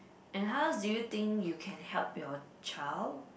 and how else do you think you can help your child